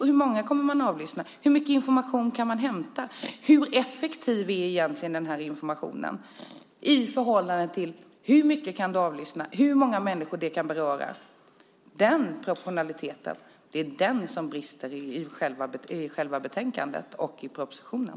Hur många kommer man att avlyssna? Hur mycket information kan man hämta? Hur effektiv är egentligen informationen i förhållande till hur mycket du kan avlyssna och hur många människor det kan beröra? Det är analysen av den proportionaliteten som brister i själva betänkandet och i propositionen.